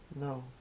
No